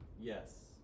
Yes